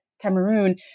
Cameroon